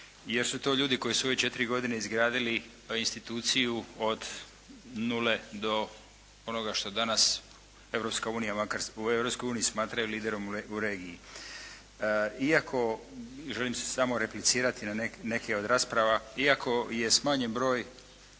jer su to ljudi koji su u ove četiri godine izgradili instituciju od nule do onoga što danas u Europskoj uniji smatraju liderom u regiji. Iako želim se samo replicirati na neke na rasprava. Iako je smanjen broj,